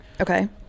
Okay